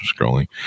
scrolling